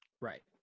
Right